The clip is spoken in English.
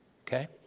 okay